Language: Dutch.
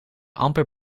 amper